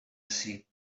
see